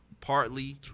Partly